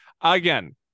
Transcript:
Again